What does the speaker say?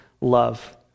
love